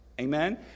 Amen